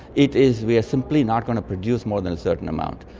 it is we are simply not going to produce more than a certain amount.